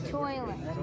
toilet